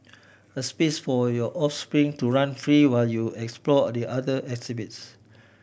a space for your offspring to run free while you explore the other exhibits